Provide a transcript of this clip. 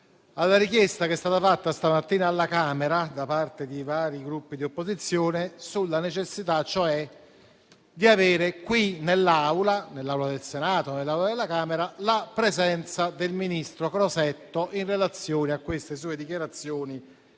alla richiesta che è stata fatta stamattina alla Camera da parte di vari Gruppi di opposizione sulla necessità di avere nella Aule del Senato e della Camera la presenza del ministro Crosetto in relazione alle sue dichiarazioni